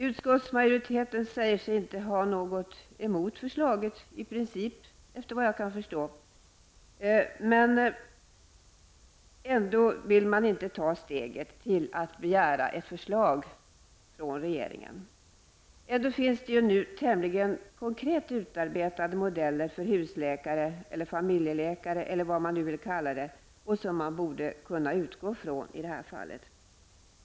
Utskottsmajoriteten säger sig enligt vad jag kan förstå i princip inte ha någonting emot förslaget, men ändå vill man inte ta steget att begära ett förslag från regeringen. Ändå finns det nu tämligen konkreta, utarbetade modeller för husläkare, familjeläkare, eller vad man nu vill kalla det, som man i det här fallet borde kunna utgå från.